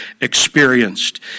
experienced